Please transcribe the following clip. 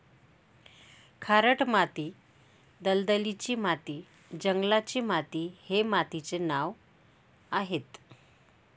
खारट माती, दलदलीची माती, जंगलाची माती हे मातीचे नावं आहेत